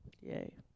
Yay